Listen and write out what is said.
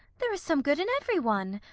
there is some good in every one.